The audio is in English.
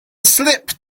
slip